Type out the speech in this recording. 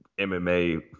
MMA